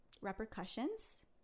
repercussions